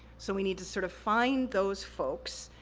so, we need to sort of, find those folks,